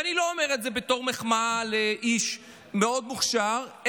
ואני לא אומר את זה בתור מחמאה לאיש מוכשר מאוד,